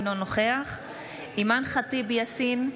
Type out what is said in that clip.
אינו נוכח אימאן ח'טיב יאסין,